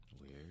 Weird